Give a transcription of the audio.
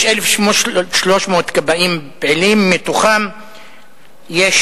יש 1,300 כבאים פעילים, מתוכם יש